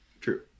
True